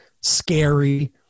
scary